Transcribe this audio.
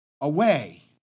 away